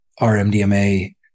RMDMA